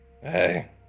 Hey